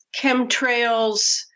chemtrails